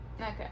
okay